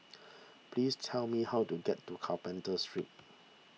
please tell me how to get to Carpenter Street